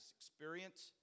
experience